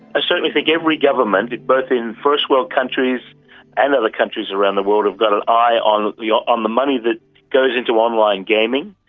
i certainly think every government, both in first world countries and other countries around the world, have got an eye on the ah on the money that goes into online gaming.